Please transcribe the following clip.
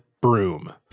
broom